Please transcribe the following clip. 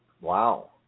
Wow